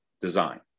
design